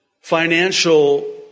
financial